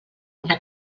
una